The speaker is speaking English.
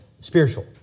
spiritual